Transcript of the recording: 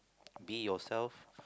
be it yourself